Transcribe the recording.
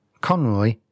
Conroy